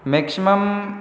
maximum